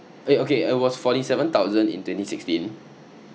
eh okay it was forty seven thousand in twenty sixteen